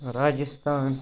Rajasthan